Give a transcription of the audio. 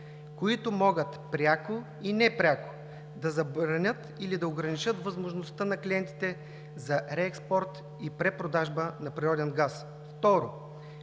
които могат пряко и непряко да забранят или да ограничат възможността на клиентите за реекспорт и препродажба на природен газ. Второ,